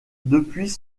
depuis